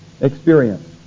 experience